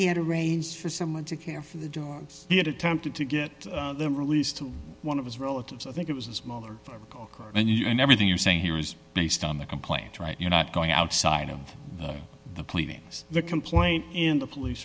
he had arranged for someone to care for the dogs he had attempted to get them released to one of his relatives i think it was a smaller dog and you and everything you're saying here is based on the complaint right you're not going outside of the pleadings the complaint in the police